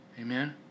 Amen